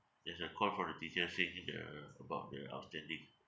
there's a call from the teacher saying uh about the outstanding